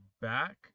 back